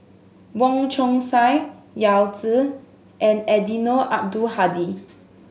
Wong Chong Sai Yao Zi and Eddino Abdul Hadi